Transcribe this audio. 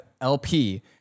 LP